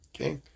Okay